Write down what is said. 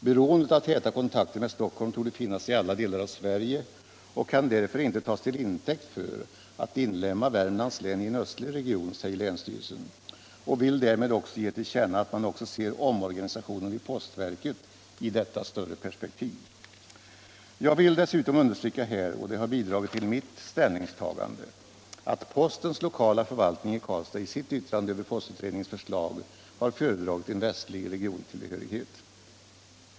Beroendet av täta kontakter med Stockholm torde finnas i alla delar av Sverige och kan därför inte tas till intäkt för att inlemma Värmlands län i en östlig region, säger länsstyrelsen, och vill därmed också ge till känna att man ser omorganisationen vid postverket i detta större perspektiv. Jag vill dessutom understryka här, och det har bidragit till mitt ställningstagande, att postens lokala förvaltning i Karlstad i sitt yttrande över postutredningens förslag har föredragit en västlig regiontillhörighet.